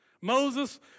Moses